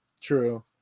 True